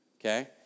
okay